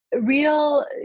real